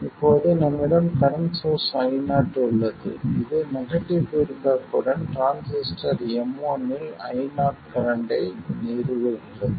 இப்போது நம்மிடம் current source Io உள்ளது இது நெகட்டிவ் பீட்பேக் உடன் டிரான்சிஸ்டர் M1 இல் Io கரண்ட்டை நிறுவுகிறது